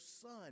Son